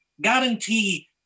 guarantee